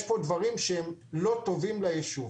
יש פה דברים שהם לא טובים ליישוב.